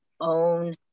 own